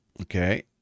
Okay